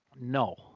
No